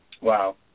Wow